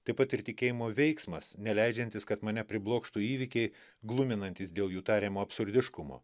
taip pat ir tikėjimo veiksmas neleidžiantis kad mane priblokštų įvykiai gluminantys dėl jų tariamo absurdiškumo